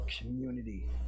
community